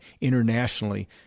internationally